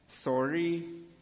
Sorry